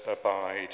abide